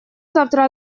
завтра